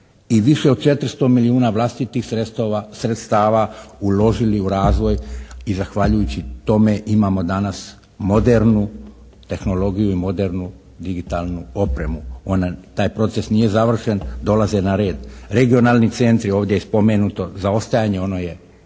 i više od 400 milijuna vlastitih sredstava uložili u razvoj i zahvaljujući tome imamo danas modernu tehnologiju i modernu digitalnu opremu. Ona, taj proces nije završen, dolaze na red regionalni centri. Ovdje je spomenuto zaostajanje. Ono je,